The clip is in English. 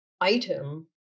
item